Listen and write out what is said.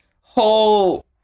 whole